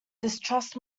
distrust